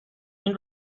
این